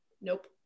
Nope